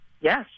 Yes